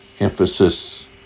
emphasis